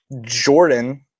Jordan